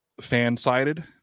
fan-sided